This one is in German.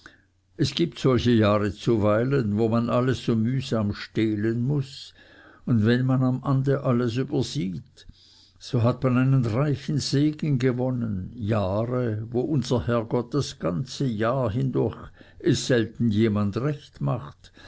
es gibt solche jahre zuweilen wo man alles so mühsam stehlen muß und wenn man am ende alles übersieht so hat man einen reichen segen gewonnen jahre wo unser herrgott das ganze jahr hindurch es selten jemand recht macht